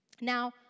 Now